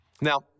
Now